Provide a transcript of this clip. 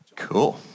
Cool